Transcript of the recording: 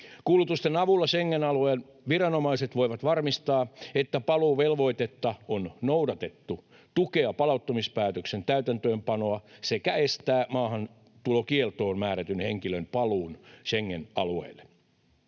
Kuulutusten avulla Schengen-alueen viranomaiset voivat varmistaa, että paluuvelvoitetta on noudatettu, tukea palauttamispäätöksen täytäntöönpanoa sekä estää maahantulokieltoon määrätyn henkilön paluun Schengen-alueelle.